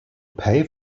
pay